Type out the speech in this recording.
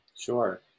Sure